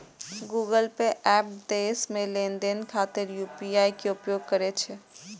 Google Pay app देश मे लेनदेन खातिर यू.पी.आई के उपयोग करै छै